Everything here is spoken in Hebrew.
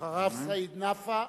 ואחריו, סעיד נפאע.